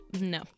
No